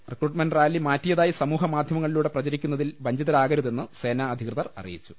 recruitment rally മാറ്റിയതായി സമൂഹ മാധ്യമങ്ങളി ലൂടെ പ്രചരിക്കുന്നതിൽ വഞ്ചിതരാകരു തെന്ന് സേനാ അധികൃതർ അറിയിച്ചു